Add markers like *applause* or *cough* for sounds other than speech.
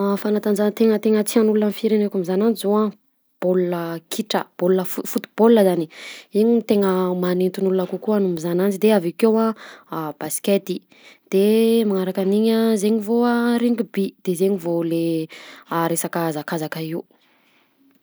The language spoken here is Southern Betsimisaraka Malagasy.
*hesitation* Fanatanjahantena tena tiàn'olo amin'ny firenenako mizaha ananjy zao ah bôla kitra bôla foot foot bôla zany a iny mo tena magnintona olona kokoa mizaha ananjy de avakeo a basket de manaraka an'iny a zaigny vao a rugby de zaigny vao le resaka hazakazaka io.